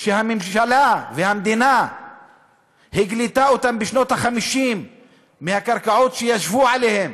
שהממשלה והמדינה הגלתה אותם בשנות ה-50 מהקרקעות שישבו עליהן